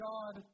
God